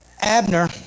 Abner